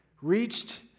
reached